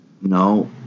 No